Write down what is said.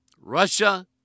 Russia